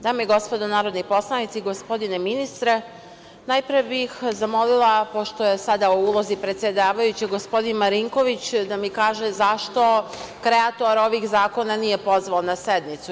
Dame i gospodo narodni poslanici, gospodine ministre, najpre bih zamolila, pošto je sada u ulozi predsedavajućeg gospodin Marinković, da mi kaže zašto kreator ovih zakona nije pozvao na sednicu?